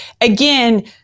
again